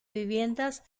viviendas